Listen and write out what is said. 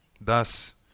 Thus